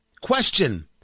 Question